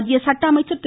மத்திய சட்ட அமைச்சர் திரு